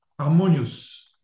harmonious